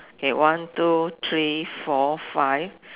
okay one two three four five